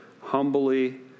humbly